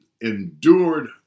endured